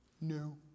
No